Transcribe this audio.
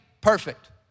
perfect